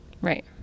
Right